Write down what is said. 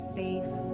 safe